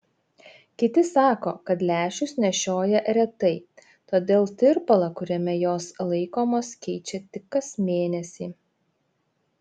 kiti sako kad lęšius nešioja retai todėl tirpalą kuriame jos laikomos keičia tik kas mėnesį